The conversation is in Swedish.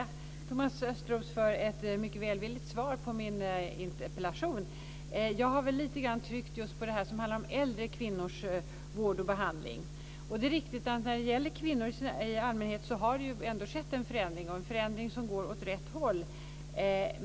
Fru talman! Jag får tacka Thomas Östros för ett mycket välvilligt svar på min interpellation. Jag har lite grann tryckt på just det här med äldre kvinnors vård och behandling. Det är riktigt att det ändå har skett en förändring när det gäller kvinnor i allmänhet, en förändring som går åt rätt håll.